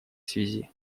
связи